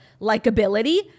likability